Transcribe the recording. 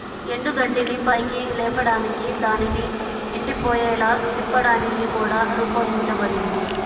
ఎండుగడ్డిని పైకి లేపడానికి దానిని ఎండిపోయేలా తిప్పడానికి కూడా రూపొందించబడింది